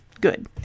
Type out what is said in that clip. good